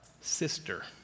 sister